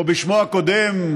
או בשמו הקודם,